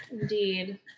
indeed